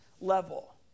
level